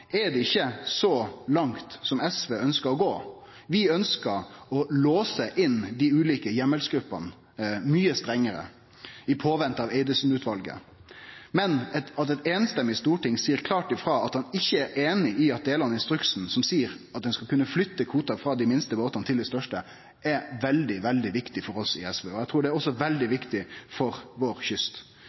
ikkje Stortinget så langt som SV ønskjer. Vi ønskjer å ramme inn dei ulike heimelsgruppene mykje strengare medan vi ventar på Eidesen-utvalet. Men at eit samrøystes storting seier klart ifrå at ein ikkje er einig i dei delane av instruksen som seier at ein skal kunne flytte kvotar frå dei minste båtane til dei største, er veldig, veldig viktig for oss i SV. Eg trur også det er veldig viktig for kysten vår.